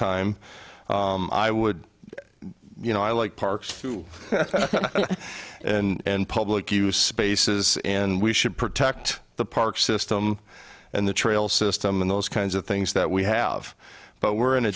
time i would you know i like parks and public use spaces and we should protect the park system and the trail system and those kinds of things that we have but we're in a